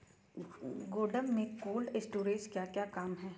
गोडम में cold storage का क्या काम है?